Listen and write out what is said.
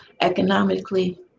economically